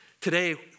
Today